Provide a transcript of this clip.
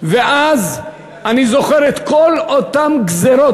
ואני זוכר את כל אותן גזירות,